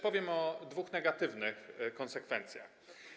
Powiem o dwóch negatywnych konsekwencjach.